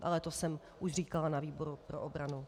Ale to jsem už říkala na výboru pro obranu.